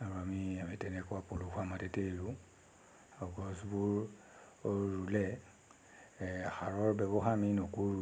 আৰু আমি আমি তেনেকুৱা পলসুৱা মাটিতে ৰুওঁ আৰু গছবোৰ ৰুলে সাৰৰ ব্যৱহাৰ আমি নকৰোঁৱেই